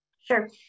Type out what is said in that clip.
Sure